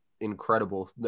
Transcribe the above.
incredible